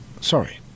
Sorry